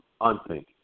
unthinking